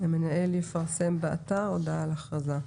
"המנהל יפרסם באתר האינטרנט הודעה הכרזה".